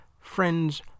Friends